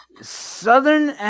Southern